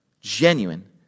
genuine